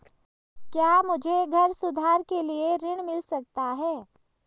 क्या मुझे घर सुधार के लिए ऋण मिल सकता है?